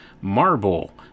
marble